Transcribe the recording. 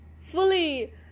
fully